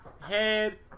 head